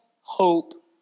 hope